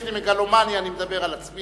יש לי מגלומניה, אני מדבר על עצמי.